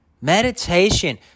Meditation